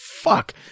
fuck